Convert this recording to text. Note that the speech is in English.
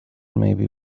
maybe